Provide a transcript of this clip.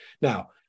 Now